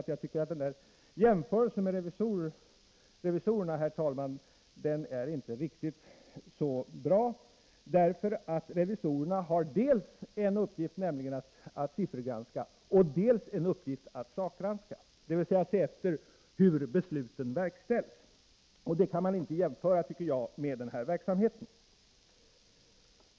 — Jag tycker att jämförelsen med revisorerna, herr talman, inte är riktigt bra. Revisorerna har dels uppgiften att siffergranska och dels uppgiften att sakgranska, dvs. se efter hur besluten verkställs. Det kan man inte jämföra, tycker jag, med den verksamhet det här gäller.